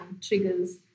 triggers